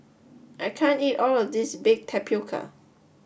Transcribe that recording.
I can't eat all of this Baked Tapioca